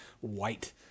white